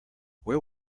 where